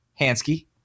Hansky